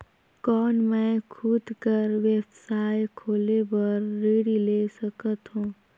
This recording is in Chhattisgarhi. कौन मैं खुद कर व्यवसाय खोले बर ऋण ले सकत हो?